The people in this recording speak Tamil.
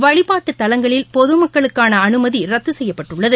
வழிபாட்டுத் தலங்களில் பொதுமக்களுக்கான அனுமதி ரத்து செய்யப்பட்டுள்ளது